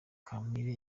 kampire